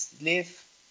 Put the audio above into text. live